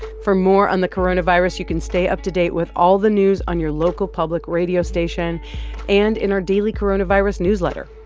for more on the coronavirus, you can stay up to date with all the news on your local public radio station and in our daily coronavirus newsletter.